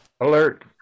alert